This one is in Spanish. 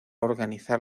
organizar